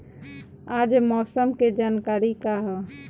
आज मौसम के जानकारी का ह?